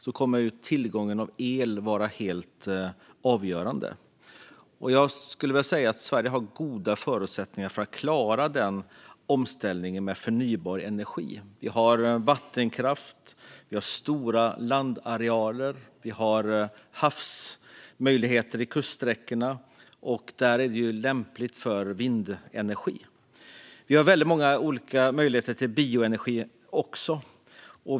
Då kommer tillgången till el att vara helt avgörande. Sverige har goda förutsättningar för att klara av omställningen med förnybar energi. Vi har vattenkraft, stora landarealer och möjligheter i havet längs kuststräckorna som lämpar sig för vindenergi. Vi har också många olika möjligheter att få bioenergi.